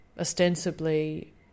ostensibly